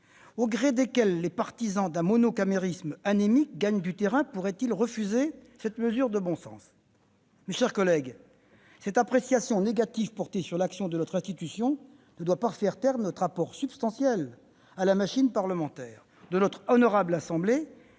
au gré desquelles les partisans d'un monocamérisme anémique gagnent du terrain, pourraient-ils refuser cette mesure de bon sens ? Mes chers collègues, cette appréciation négative portée sur l'action de notre institution ne doit pas faire taire notre apport substantiel à la machine parlementaire, dont notre honorable assemblée